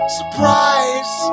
surprise